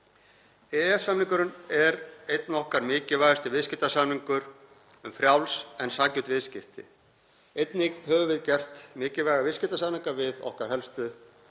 EES-samningurinn er einn okkar mikilvægasti viðskiptasamningur um frjáls en sanngjörn viðskipti. Einnig höfum við gert mikilvæga viðskiptasamninga við okkar helstu